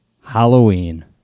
Halloween